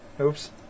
Oops